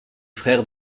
frères